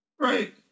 right